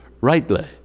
rightly